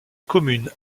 commune